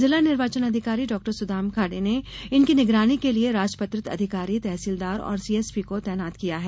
जिला निर्वाचन अधिकारी डॉसुदाम खाडे ने इनकी निगरानी के लिए राजपत्रित अधिकारी तहसीलदार और सीएसपी को तैनात किया है